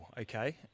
okay